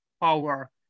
power